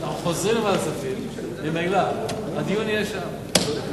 זה חוזר מכספים ממילא, הדיון יהיה שם.